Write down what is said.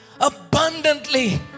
abundantly